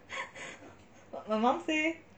my mum say